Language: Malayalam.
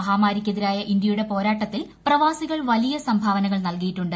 മഹാമാരിക്കെതിരായ ഇന്ത്യയുടെ പോരാട്ടത്തിൽ പ്രവാസികൾ വലിയ സംഭാവനകൾ നൽകിയിട്ടുണ്ട്